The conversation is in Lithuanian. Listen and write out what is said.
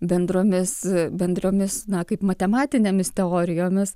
bendromis bendromis na kaip matematinėmis teorijomis